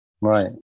right